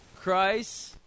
Christ